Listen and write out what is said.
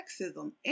sexism